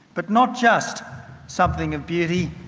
but not just something of beauty,